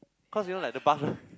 cause you know like the bus